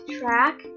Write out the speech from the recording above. track